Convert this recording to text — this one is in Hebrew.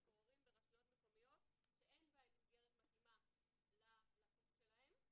מתגוררים ברשויות מקומיות שאין בהן מסגרת מתאימה ללקות שלהם.